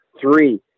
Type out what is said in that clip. Three